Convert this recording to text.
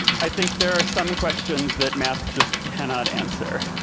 i think there are some questions that math just cannot answer.